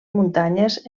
muntanyes